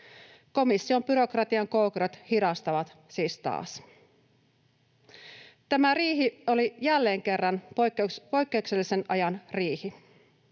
Komission byrokratian koukerot hidastavat siis taas. Tämä riihi oli jälleen kerran poikkeuksellisen ajan riihi.